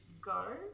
go